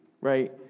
right